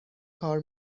کار